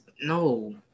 No